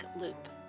Loop